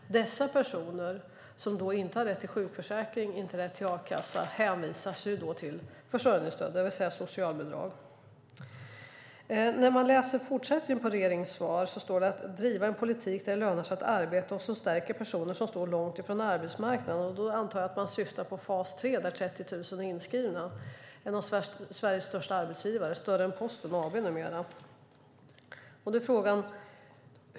Dessa personer, som inte har rätt till sjukförsäkring eller a-kassa, hänvisas till försörjningsstöd, det vill säga socialbidrag. I regeringens svar står det vidare att man tänker driva en politik där det lönar sig att arbeta och som stärker personer som står långt från arbetsmarknaden. Jag antar att man syftar på fas 3 där 30 000 är inskrivna. Det är en av Sveriges största arbetsgivare - större än Posten AB.